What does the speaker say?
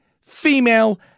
female